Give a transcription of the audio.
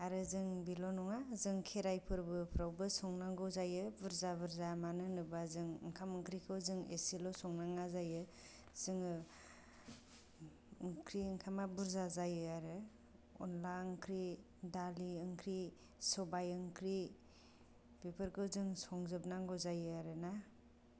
आरो जों बेल नङा जों खेराय फोरबोफ्रावबो संनांगौ जायो बुरजा बुरजा मानो होनोबा जों ओंखाम ओंख्रिखौ जों एसेल' सङोब्ला मा जायो जोङो ओंख्रि ओंखामा बुरजा जायो आरो अनद्ला ओंख्रि दालि ओंख्रि सबाय ओंख्रि बेफोरखौ जों संजोबनांगौ जायो आरोना